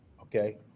Okay